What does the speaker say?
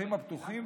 השטחים הפתוחים,